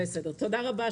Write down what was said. תודה רבה.